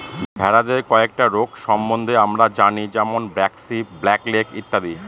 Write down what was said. ভেড়াদের কয়েকটা রোগ সম্বন্ধে আমরা জানি যেমন ব্র্যাক্সি, ব্ল্যাক লেগ ইত্যাদি